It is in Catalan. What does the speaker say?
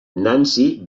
nancy